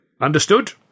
Understood